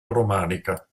romanica